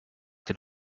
den